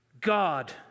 God